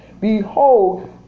Behold